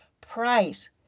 price